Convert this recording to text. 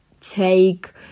take